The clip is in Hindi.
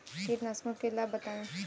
कीटनाशकों के लाभ बताएँ?